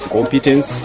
competence